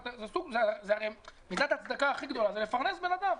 זאת מידת הצדקה הכי גדולה לפרנס בן אדם.